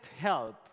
help